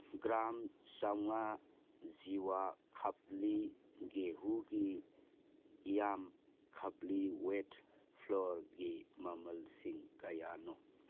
gram ꯆꯃꯉꯥ ꯖꯤꯋꯥ ꯈꯞꯂꯤ ꯖꯦꯍꯨꯒꯤ ꯌꯥꯝ ꯈꯞꯂꯤ ꯋꯦꯠ ꯐ꯭ꯂꯣꯔꯒꯤ ꯃꯃꯜꯁꯤꯡ ꯀꯌꯥꯅꯣ